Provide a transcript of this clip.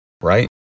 right